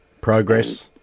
Progress